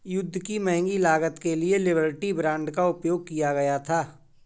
युद्ध की महंगी लागत के लिए लिबर्टी बांड का उपयोग किया गया था